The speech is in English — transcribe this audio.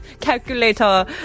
calculator